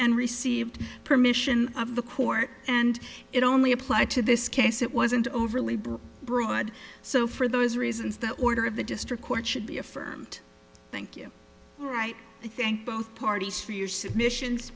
and received permission of the court and it only apply to this case it wasn't overly broad broad so for those reasons the order of the district court should be affirmed thank you all right i think both parties for your submissions